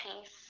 peace